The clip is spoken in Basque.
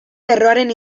lerroaren